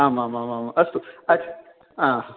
आम् आम् आम् आम् अस्तु आचा